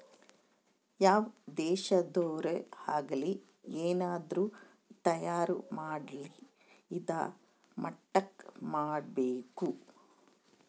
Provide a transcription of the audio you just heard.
ಯಾವ್ ದೇಶದೊರ್ ಆಗಲಿ ಏನಾದ್ರೂ ತಯಾರ ಮಾಡ್ಲಿ ಇದಾ ಮಟ್ಟಕ್ ಮಾಡ್ಬೇಕು